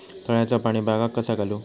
तळ्याचा पाणी बागाक कसा घालू?